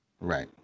Right